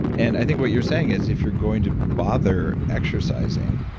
and i think what you're saying is, if you're going to bother exercising,